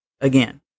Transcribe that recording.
Again